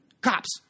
cops